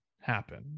happen